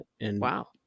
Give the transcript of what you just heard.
Wow